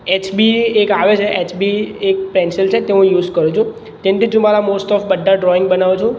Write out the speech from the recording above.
HB એક આવે છે એચબી એક પેન્સિલ છે તે હું યુસ કરું છું કેમ કે જો મારા મોસ્ટ ઓફ બધા ડ્રોઈંગ બનાવું છું